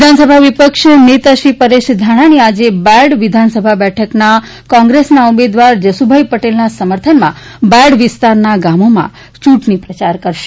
વિધાનસભા વિપક્ષ નેતા શ્રી પરેશ ધાનાણી આજે બાયડ વિધાનસભા બેઠકના કોંગ્રેસના ઉમેદવાર જસુભાઈ પટેલના સમર્થનમાં બાયડ વિસ્તારના ગામોમાં ચૂંટણી પ્રચાર કરશે